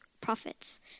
prophets